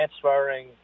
transferring